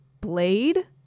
Blade